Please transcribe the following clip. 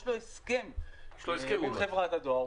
יש לו הסכם מול חברת הדואר,